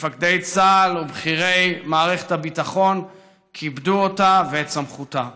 מפקדי צה"ל ובכירי מערכת הביטחון כיבדו אותה ואת סמכותה.